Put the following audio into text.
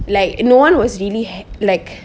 like no one was really ha~ like